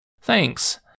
Thanks